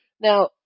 Now